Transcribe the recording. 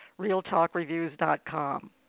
realtalkreviews.com